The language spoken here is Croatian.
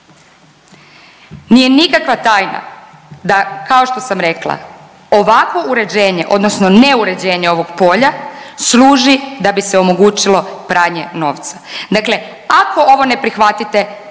Nije nikakva tajna da kao što sam rekla ovako uređenje odnosno ne uređenje ovog polja služi da bi se omogućilo pranje novca, dakle ako ovo ne prihvatite